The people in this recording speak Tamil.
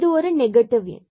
இது ஒரு நெகட்டிவ் எண்